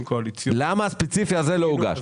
קואליציוניים --- למה הספציפי הזה לא הוגש?